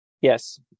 Yes